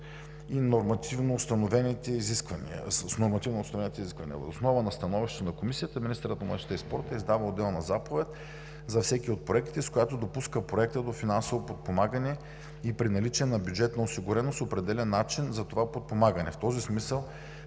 с нормативно установените изисквания. Въз основа на становището на Комисията министърът на младежта и спорта издава отделна заповед за всеки от проектите, с която допуска проекта до финансово подпомагане и при наличие на бюджетна осигуреност определя начин за това подпомагане. В този смисъл